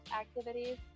activities